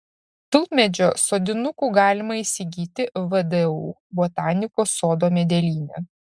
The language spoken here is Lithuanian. tulpmedžio sodinukų galima įsigyti vdu botanikos sodo medelyne